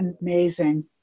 amazing